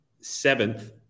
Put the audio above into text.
seventh